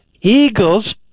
Eagles